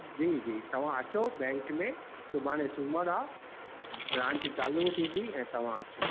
जी जी तव्हां अचो बैंक में सुभाणे सूमर आहे ब्रांच चालू थींदी ऐं तव्हां अचो